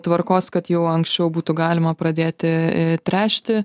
tvarkos kad jau anksčiau būtų galima pradėti tręšti